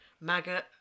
Maggot